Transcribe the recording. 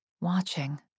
watching